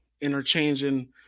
interchanging